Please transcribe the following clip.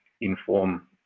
inform